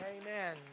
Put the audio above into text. Amen